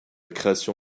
création